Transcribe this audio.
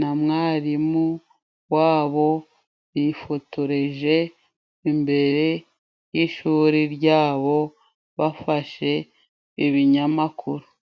na mwarimu wabo, bifotoreje imbere y'shuri ryabo, bafashe ibinyamakuru.